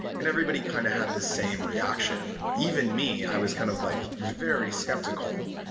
and everybody kind of had the same reaction. even me, i was kind of like very skeptical.